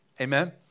Amen